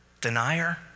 denier